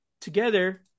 together